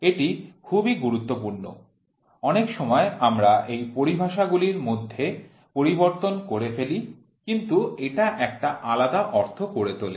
এটি খুবই গুরুত্বপূর্ণ অনেক সময় আমরা এই পরিভাষা গুলির মধ্যে পরিবর্তন করে ফেলি কিন্তু এটা একটা আলাদা অর্থ করে তোলে